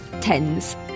tens